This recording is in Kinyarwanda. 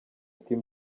team